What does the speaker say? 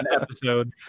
episode